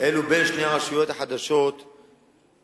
אלו בין שתי הרשויות החדשות שיוקמו.